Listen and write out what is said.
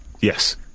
yes